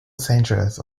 centres